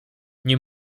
nie